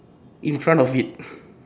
in front of it